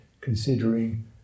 considering